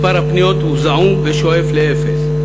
מספר הפניות הוא זעום ושואף לאפס.